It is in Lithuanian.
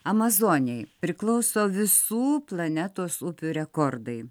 amazonėj priklauso visų planetos upių rekordai